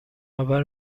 منور